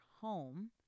home